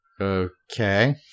Okay